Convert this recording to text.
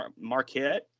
Marquette